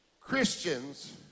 Christians